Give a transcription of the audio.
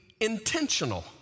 intentional